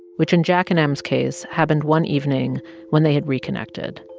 which in jack and m's case, happened one evening when they had reconnected.